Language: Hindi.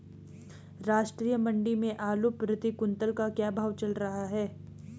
राष्ट्रीय मंडी में आलू प्रति कुन्तल का क्या भाव चल रहा है?